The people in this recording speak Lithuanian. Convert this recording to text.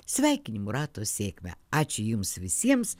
sveikinimų rato sėkmę ačiū jums visiems